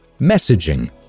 Messaging